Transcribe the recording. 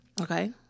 Okay